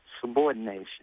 subordination